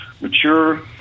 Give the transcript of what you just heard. mature